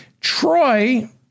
Troy